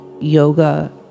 yoga